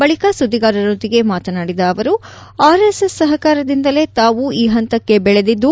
ಬಳಿಕ ಸುದ್ದಿಗಾರರೊಂದಿಗೆ ಮಾತನಾಡಿದ ಅವರು ಆರ್ ಎಸ್ ಎಸ್ ಸಹಕಾರದಿಂದಲೇ ತಾವು ಈ ಪಂತಕ್ಕೆ ಬೆಳೆದಿದ್ದು